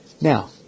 Now